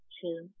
two